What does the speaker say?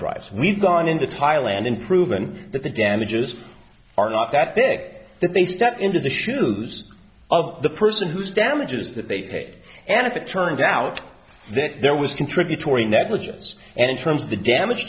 drives we've gone into thailand in proven that the damages are not that big that they step into the shoes of the person whose damages that they paid and if it turned out that there was contributory negligence and in terms of the damage